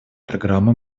программы